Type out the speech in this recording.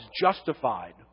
justified